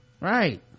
Right